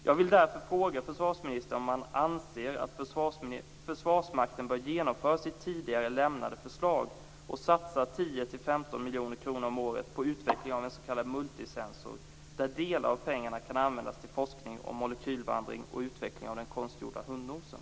Jag vill därför fråga försvarsministern om han anser att Försvarsmakten bör genomföra sitt tidigare lämnade förslag och satsa 10-15 miljoner kronor om året på utveckling av en s.k. multisensor där en del av pengarna kan användas till forskning om molekylvandring och utveckling av den konstgjorda hundnosen.